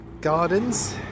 gardens